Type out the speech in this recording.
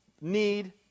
need